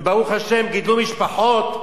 וברוך השם, גידלו משפחות.